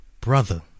brother